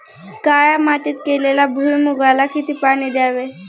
काळ्या मातीत केलेल्या भुईमूगाला किती पाणी द्यावे?